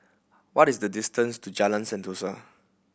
what is the distance to Jalan Sentosa